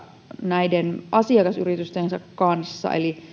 näiden asiakasyritystensä kanssa niin